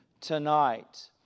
tonight